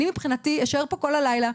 אני מבחינתי אשאר פה כל הלילה.